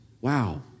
Wow